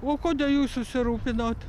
o kodėl jūs susirūpinot